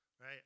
right